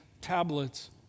tablets